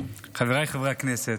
חבריי חברי הכנסת,